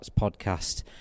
podcast